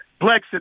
Blexit